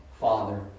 Father